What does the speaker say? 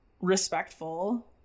respectful